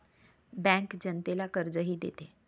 bank जनतेला कर्जही देते